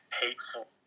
hateful